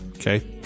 okay